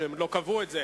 או שהם עוד לא קבעו את זה